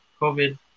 COVID